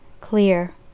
clear